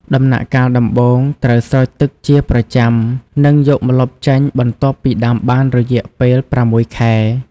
ដំណាក់កាលដំបូងត្រូវស្រោចទឹកជាប្រចាំនិងយកម្លប់ចេញបន្ទាប់ពីដាំបានរយៈពេលប្រាំមួយខែ។